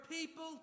people